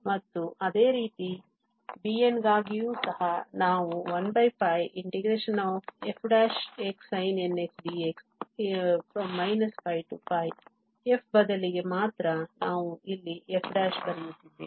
ಮತ್ತು ಅದೇ ರೀತಿ bn ಗಾಗಿಯೂ ಸಹ ನಾವು 1 fxsinnxdx f ಬದಲಿಗೆ ಮಾತ್ರ ನಾವು ಇಲ್ಲಿ f ಬರೆಯುತ್ತಿದ್ದೇವೆ